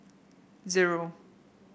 zero